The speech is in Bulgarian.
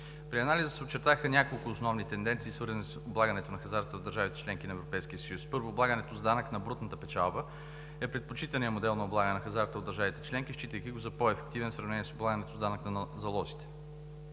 При анализа се очертаха няколко основни тенденции, свързани с облагането на хазарта в държавите – членки на Европейския съюз. Първо, облагането с данък на брутната печалба е предпочитаният модел на облагане на хазарта от държавите членки, считайки го за по-ефективен в сравнение с облагането на данъка на залозите.